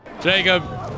Jacob